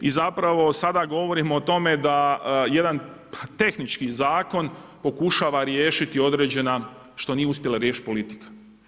I zapravo sada govorimo o tome da jedan tehnički zakon pokušava riješiti određena, što nije uspjela riješiti politika.